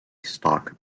stock